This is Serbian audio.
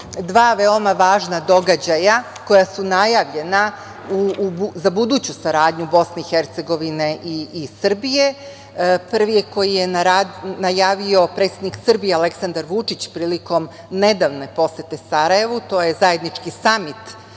dva veoma važna događaja koja su najavljena za buduću saradnju BiH i Srbije. Prvi koji je najavio predsednik Srbije Aleksandar Vučić, prilikom nedavne posete Sarajevu, to je zajednički samit